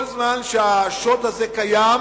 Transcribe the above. כל זמן שהשוט הזה קיים,